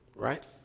Right